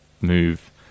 move